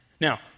Now